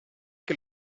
que